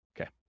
Okay